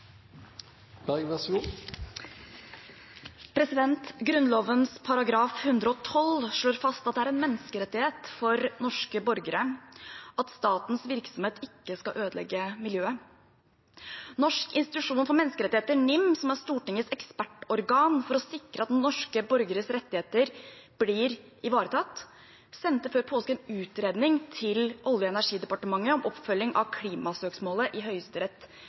en menneskerettighet for norske borgere at statens virksomhet ikke skal ødelegge miljøet. Norges institusjon for menneskerettigheter, NIM, som er Stortingets ekspertorgan for å sikre at norske borgeres rettigheter blir ivaretatt, sendte før påske en utredning til Olje- og energidepartementet om oppfølging av klimasøksmålet i Høyesterett